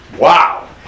Wow